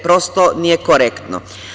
Prosto, nije korektno.